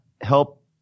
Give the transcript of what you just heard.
help